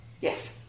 yes